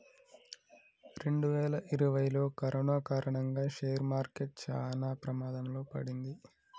రెండువేల ఇరవైలో కరోనా కారణంగా షేర్ మార్కెట్ చానా ప్రమాదంలో పడింది